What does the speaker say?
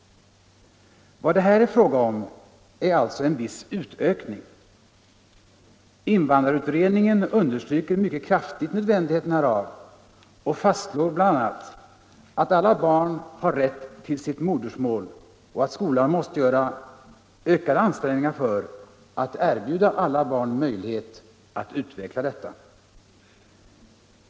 Vad det här är fråga om är alltså en viss utökning. Invandrarutredningen understryker mycket kraftigt nödvändigheten härav och fastslår bl.a. att alla barn har rätt till sitt modersmål och att skolan måste göra ökade ansträngningar för att erbjuda alla barn möjlighet att utveckla detta.